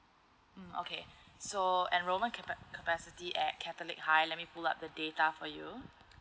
mm okay so enrollment capa~ capacity at catholic high let me pull up the data for you